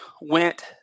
went